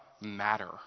matter